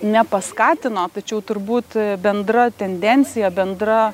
nepaskatino tačiau turbūt bendra tendencija bendra